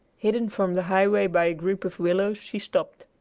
hidden from the highway by a group of willows, she stopped.